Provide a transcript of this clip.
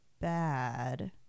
bad